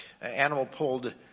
animal-pulled